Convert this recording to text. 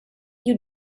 you